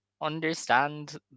understand